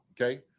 Okay